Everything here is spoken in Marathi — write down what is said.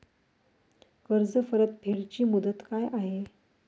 कर्ज परतफेड ची मुदत काय आहे?